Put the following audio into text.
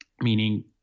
meaning